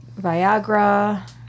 Viagra